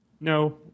No